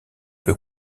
peu